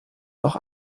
noch